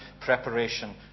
preparation